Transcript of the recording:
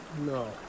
No